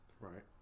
Right